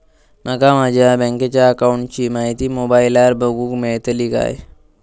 माका माझ्या बँकेच्या अकाऊंटची माहिती मोबाईलार बगुक मेळतली काय?